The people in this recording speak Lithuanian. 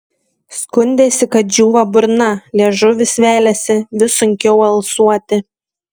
skundėsi kad džiūva burna liežuvis veliasi vis sunkiau alsuoti